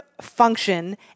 function